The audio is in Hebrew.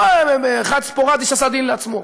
לא אחד ספורדי שעשה דין לעצמו,